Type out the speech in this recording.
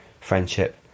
friendship